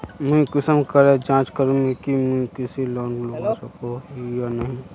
मुई कुंसम करे जाँच करूम की मुई कृषि लोन लुबा सकोहो ही या नी?